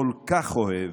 כל כך אוהב.